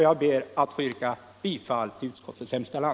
Jag ber att få yrka bifall till utskottets hemställan.